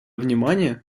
внимание